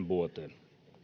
vuoteen